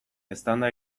eztanda